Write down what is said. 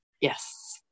Yes